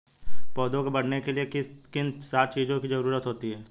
पौधों को बढ़ने के लिए किन सात चीजों की जरूरत होती है?